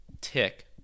tick